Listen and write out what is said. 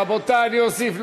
רבותי, אני אוסיף.